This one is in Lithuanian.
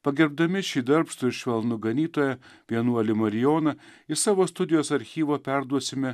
pagerbdami šį darbštų švelnų ganytoją vienuolį marijoną iš savo studijos archyvo perduosime